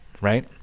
right